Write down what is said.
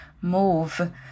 move